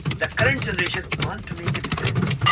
the current generation wants to make a difference.